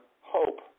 hope